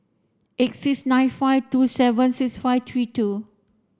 eight six nine five two seven six five three two